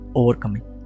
overcoming